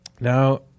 now